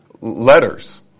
letters